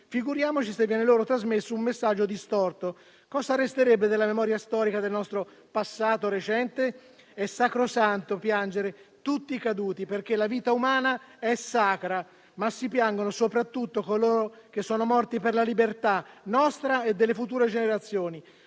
Figuriamoci se viene loro trasmesso un messaggio distorto: cosa resterebbe della memoria storica del nostro passato recente? È sacrosanto piangere tutti i caduti, perché la vita umana è sacra. Ma si piangono soprattutto coloro che sono morti per la libertà nostra e delle future generazioni.